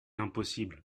impossible